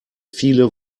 viele